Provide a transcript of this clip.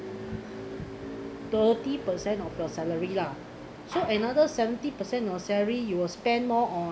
thirty percent of your salary lah so another seventy percent of your salary you will spend more on